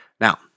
Now